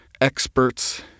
experts